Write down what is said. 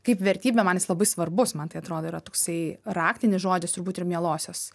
kaip vertybė man jis labai svarbus man tai atrodo yra toksai raktinis žodis turbūt ir mielosios